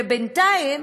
ובינתיים,